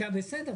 בסדר.